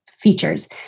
Features